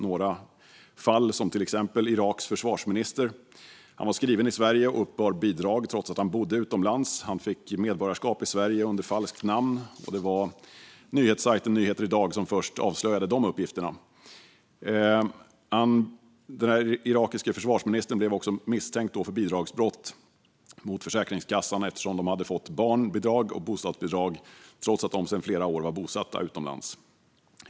Ett exempel är Iraks försvarsminister, som var skriven i Sverige och uppbar bidrag trots att han bodde utomlands. Han fick medborgarskap i Sverige under falskt namn. Det var nyhetssajten Nyheter Idag som först avslöjade de uppgifterna. Den irakiske försvarsministern och hans hustru blev också misstänkta för bidragsbrott mot Försäkringskassan eftersom de fått barnbidrag och bostadsbidrag trots att de sedan flera år var bosatta utomlands.